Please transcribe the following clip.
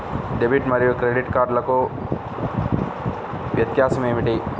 Debit మరియు credit కార్డ్లకు వ్యత్యాసమేమిటీ?